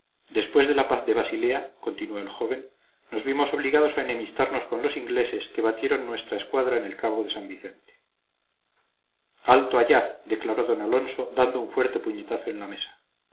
después de la paz de basilea continuó el joven nos vimos obligados a enemistarnos con los ingleses que batieron nuestra escuadra en el cabo de san vicente alto allá declaró d alonso dando un fuerte puñetazo en la mesa si